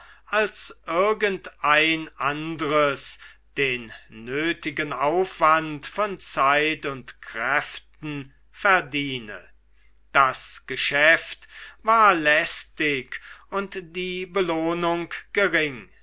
als irgendein anders den nötigen aufwand von zeit und kräften verdiene das geschäft war lästig und die belohnung gering